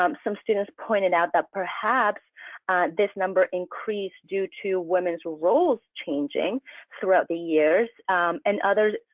um some students pointed out that perhaps this number increased due to women's roles changing throughout the years and others.